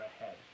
ahead